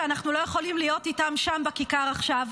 שאנחנו לא יכולים להיות איתם שם בכיכר עכשיו,